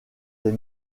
les